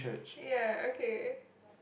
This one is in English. ya okay